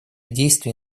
действий